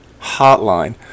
Hotline